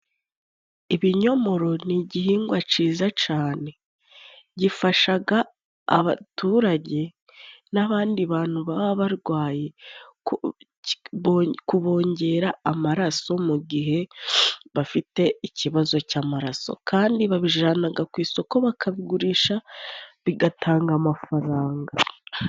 Ibinyomoro ni igihingwa ciza cane. Gifashaga abaturage n'abandi bantu baba barwaye kubongera amaraso mu gihe bafite ikibazo cy'amaraso kandi babijanaga ku isoko bakabigurisha bigatanga amafaranga.